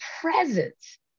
presence